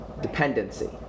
dependency